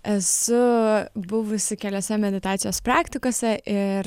esu buvusi keliose meditacijos praktikose ir